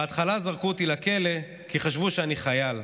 בהתחלה זרקו אותי לכלא כי חשבו שאני חייל.